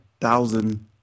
thousand